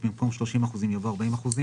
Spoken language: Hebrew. אחרי "מפעל תעשייתי" יבוא "או עסק מקומי".